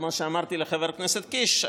כמו שאמרתי לחבר הכנסת קיש,